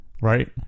Right